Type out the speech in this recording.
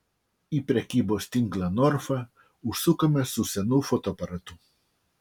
į prekybos tinklą norfa užsukome su senu fotoaparatu